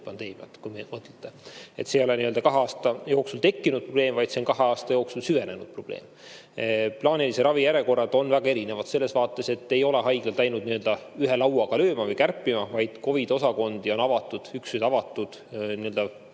pandeemiat. Nii et see ei ole kahe aasta jooksul tekkinud probleem, vaid see on kahe aasta jooksul süvenenud probleem. Plaanilise ravi järjekorrad on väga erinevad – selles vaates, et ei ole haiglad läinud nii-öelda ühe lauaga lööma või kärpima, vaid COVID-i osakondi, üksusi on avatud